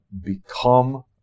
become